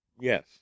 Yes